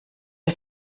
der